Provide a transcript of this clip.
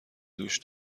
دوش